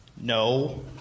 no